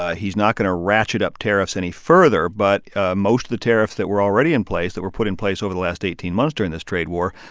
ah he's not going to ratchet up tariffs any further. but most of the tariffs that were already in place, that were put in place over the last eighteen months during this trade war,